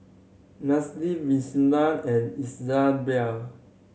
Nanette Violetta and Elisabeth